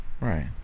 right